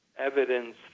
evidence